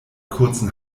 kurzen